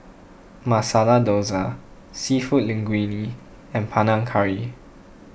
Masala Dosa Seafood Linguine and Panang Curry